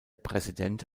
präsident